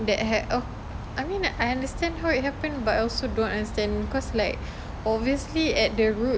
that ha~ uh I mean I understand how it happened but also don't understand cause like obviously at the root